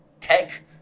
tech